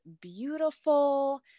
beautiful